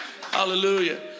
Hallelujah